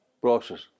process